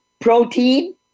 protein